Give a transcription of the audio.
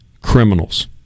criminals